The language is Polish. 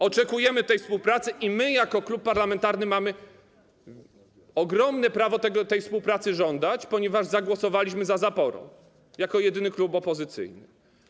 Oczekujemy tej współpracy i my jako klub parlamentarny mamy ogromne prawo tej współpracy żądać, ponieważ zagłosowaliśmy za zaporą jako jedyny klub opozycyjny.